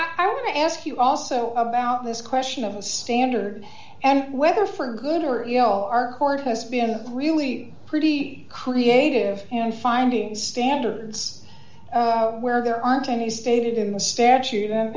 to ask you also about this question of the standard and whether for good or ill our court has been really pretty creative in finding standards where there aren't any stated in the statute them